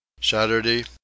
saturday